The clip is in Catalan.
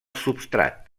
substrat